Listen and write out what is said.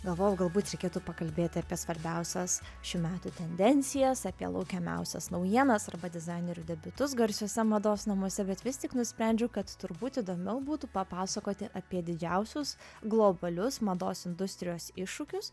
galvojau galbūt reikėtų pakalbėti apie svarbiausias šių metų tendencijas apie laukiamiausias naujienas arba dizainerių debiutus garsiuose mados namuose bet vis tik nusprendžiau kad turbūt įdomiau būtų papasakoti apie didžiausius globalius mados industrijos iššūkius